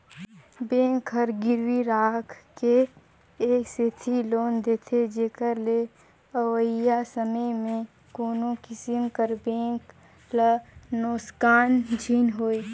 bank हर गिरवी राखके ए सेती लोन देथे जेकर ले अवइया समे में कोनो किसिम कर बेंक ल नोसकान झिन होए